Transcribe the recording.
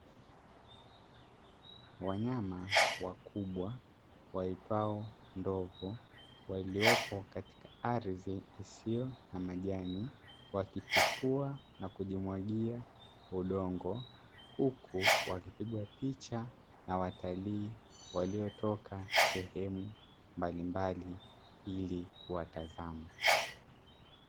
Wanyama wakubwa waitwao ndovu, waliopo katika ardhi isiyo na majani, wakitifua na kujimwagia udongo. Huku wapigwe picha na watalii waliotoka sehemu mbalimbali ili kuwatazama.